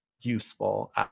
useful